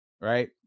right